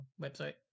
Website